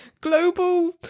global